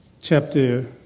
chapter